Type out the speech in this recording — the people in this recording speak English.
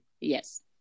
Yes